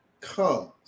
comes